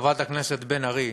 חברת הכנסת בן ארי,